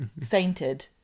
Sainted